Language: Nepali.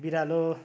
बिरालो